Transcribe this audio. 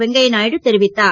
வெங்கய்யா நாயுடு தெரிவித்தார்